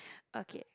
okay